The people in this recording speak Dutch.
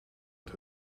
het